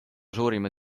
suurima